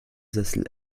sessel